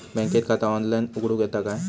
बँकेत खाता ऑनलाइन उघडूक येता काय?